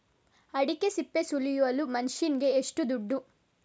ಅಡಿಕೆ ಸಿಪ್ಪೆ ಸುಲಿಯುವ ಮಷೀನ್ ಗೆ ಏಷ್ಟು ದುಡ್ಡು?